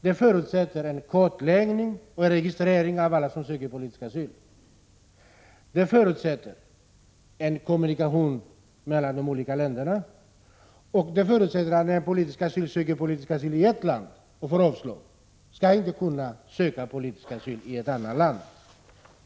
De förutsätter 37 vidare en kommunikation mellan de olika länderna, och de förutsätter att när en politisk flykting söker politisk asyl i ett land och får avslag, skall han inte kunna söka politisk asyl i ett annat land.